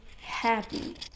happy